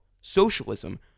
socialism